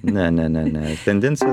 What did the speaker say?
ne ne ne tendencija